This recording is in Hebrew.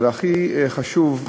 אבל הכי חשוב,